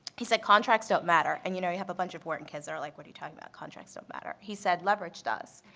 he said contracts don't matter. and you know you have a bunch of wharton kids that are like what are you talking about, contracts don't matter? he said leverage does.